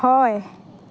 হয়